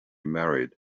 married